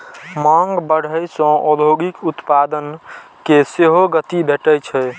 मांग बढ़ै सं औद्योगिक उत्पादन कें सेहो गति भेटै छै